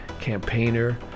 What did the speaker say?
campaigner